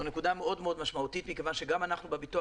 זו נקודה מאוד מאוד משמעותית מכיוון שגם אנחנו בביטוח